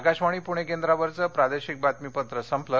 आकाशवाणी पुणे केंद्रावरचं प्रादेशिक बातमीपत्र संपलं